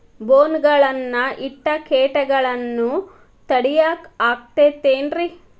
ಬೋನ್ ಗಳನ್ನ ಇಟ್ಟ ಕೇಟಗಳನ್ನು ತಡಿಯಾಕ್ ಆಕ್ಕೇತೇನ್ರಿ?